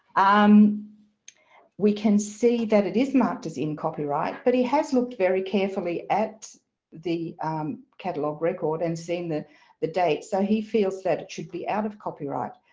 um we can see that it is marked as in copyright but he has looked very carefully at the catalogue record and seen the the date. so he feels that it should be out of copyright